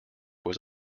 was